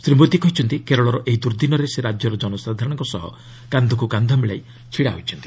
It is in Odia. ଶ୍ରୀ ମୋଦି କହିଛନ୍ତି କେରଳର ଏହି ଦୁର୍ଦ୍ଦିନରେ ସେ ରାଜ୍ୟର ଜନସାଧାରଣଙ୍କ ସହ କାନ୍ଧକୁ କାନ୍ଧ ମିଳାଇ ଛିଡ଼ା ହୋଇଛନ୍ତି